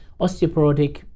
osteoporotic